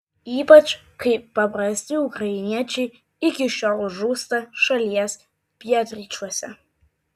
ypač kai paprasti ukrainiečiai iki šiol žūsta šalies pietryčiuose